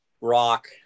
rock